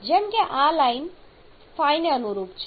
જેમ કે આ લાઈન અમુક ϕ ને અનુરૂપ છે